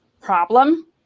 problem